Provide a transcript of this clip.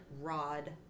Rod